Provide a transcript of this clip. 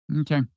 Okay